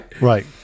Right